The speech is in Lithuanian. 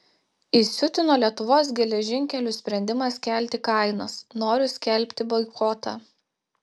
įsiutino lietuvos geležinkelių sprendimas kelti kainas noriu skelbti boikotą